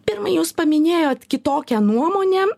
pirma jūs paminėjot kitokią nuomonę